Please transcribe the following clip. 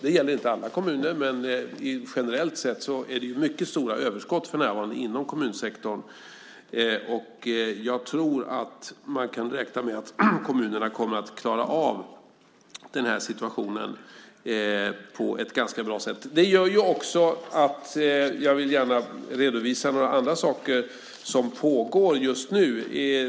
Det gäller inte alla kommuner, men generellt sett är det mycket stora överskott för närvarande inom kommunsektorn. Jag tror att man kan räkna med att kommunerna kommer att klara av situationen på ett bra sätt. Jag vill gärna redovisa några andra saker som pågår just nu.